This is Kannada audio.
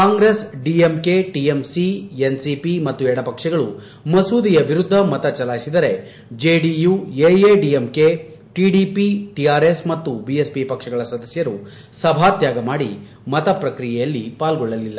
ಕಾಂಗೆಸ್ ಡಿಎಂಕೆ ಟಿಎಂಸಿ ಎನ್ಸಿಪಿ ಮತ್ತು ಎಡಪಕ್ಷಗಳು ಮಸೂದೆಯ ವಿರುದ್ದ ಮತ ಚಲಾಯಿಸಿದರೆ ಜೆಡಿಯು ಎಐಎಡಿಎಂಕೆ ಟಿಡಿಪಿ ಟಿಆರ್ಎಸ್ ಮತ್ತು ಬಿಎಸ್ಪಿ ಪಕ್ಷಗಳ ಸದಸ್ಯರು ಸಭಾತ್ಯಾಗ ಮಾದಿ ಮತ ಪ್ರಕ್ರಿಯೆಯಲ್ಲಿ ಪಾಲ್ಗೊಳ್ಳಲಿಲ್ಲ